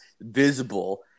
visible